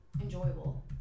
enjoyable